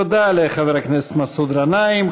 תודה לחבר הכנסת מסעוד גנאים.